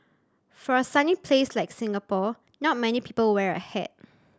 for a sunny place like Singapore not many people wear a hat